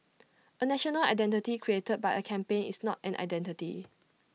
A national identity reated by A campaign is not an identity